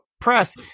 press